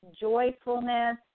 joyfulness